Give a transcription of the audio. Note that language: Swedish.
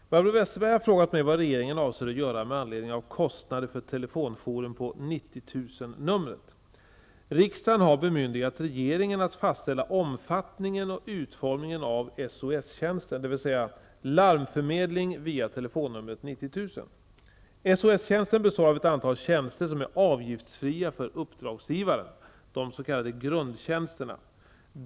Herr talman! Barbro Westerholm har frågat mig vad regeringen avser att göra med anledning av kostnader för telefonjouren på 90 000-numret. SOS-tjänsten består av ett antal tjänster som är avgiftsfria för uppdragsgivaren, de s.k. grundtjänsterna.